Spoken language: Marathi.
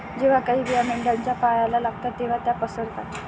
जेव्हा काही बिया मेंढ्यांच्या पायाला लागतात तेव्हा त्या पसरतात